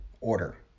Order